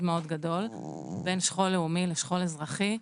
מאוד גדול בין שכול לאומי לשכול אזרחי.